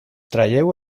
traieu